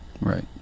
Right